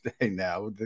now